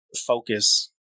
focus